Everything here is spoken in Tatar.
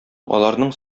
аларның